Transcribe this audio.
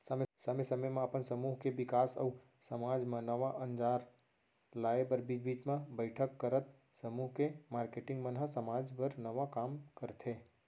समे समे म अपन समूह के बिकास अउ समाज म नवा अंजार लाए बर बीच बीच म बइठक करत समूह के मारकेटिंग मन ह समाज बर नवा काम करथे